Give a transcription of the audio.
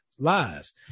Lies